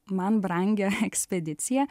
man brangią ekspediciją